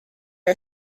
are